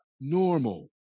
normal